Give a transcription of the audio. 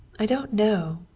i don't know,